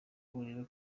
urebe